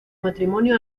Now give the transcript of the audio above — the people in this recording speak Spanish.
matrimonio